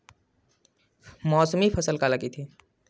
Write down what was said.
मौसमी फसल काला कइथे?